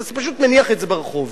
אתה פשוט מניח את זה ברחוב.